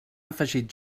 afegit